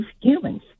humans